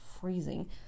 freezing